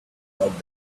out